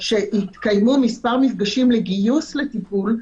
שיתקיימו מספר מפגשים לגיוס לטיפול,